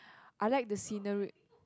I like the scenery